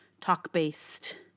talk-based